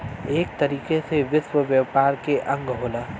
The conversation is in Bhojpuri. एक तरह से विश्व व्यापार के अंग होला